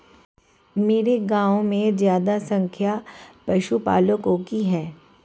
मेरे गांव में ज्यादातर संख्या पशुपालकों की है